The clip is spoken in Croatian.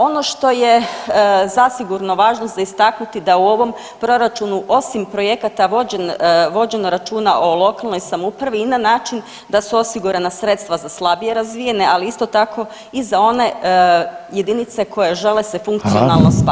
Ono što je zasigurno važno za istaknuti da u ovom proračunu osim projekata vođenja računa o lokalnoj samoupravi i na način da su osigurana sredstva za slabije razvijene, ali isto tako i za one jedinice koje se žele funkcionalno spajat.